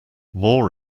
more